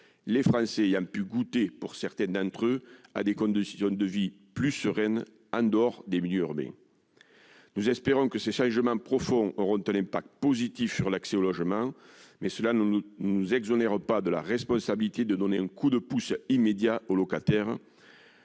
Français ayant pu goûter à des conditions de vie plus sereines en dehors des milieux urbains. Nous espérons que ces changements profonds auront un effet positif sur l'accès au logement. Mais cela ne nous exonère pas de la responsabilité de donner un coup de pouce immédiat aux locataires.